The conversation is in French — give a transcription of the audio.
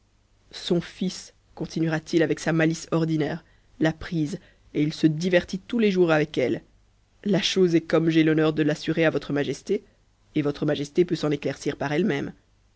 son fils continuera-t-il avec sa malice ordinaire l'a prise etj se divertit tous les jours avec elle la chose est comme j'ai l'honneur l'assurer à votre majesté et votre majesté peut s'en éclaicir par elle